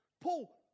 Paul